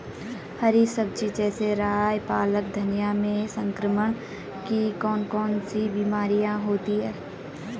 हरी सब्जी जैसे राई पालक धनिया में संक्रमण की कौन कौन सी बीमारियां होती हैं?